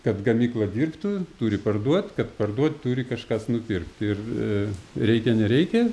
kad gamykla dirbtų turi parduot kad parduot turi kažkas nupirkt ir reikia nereikia